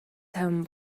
тайван